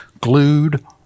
glued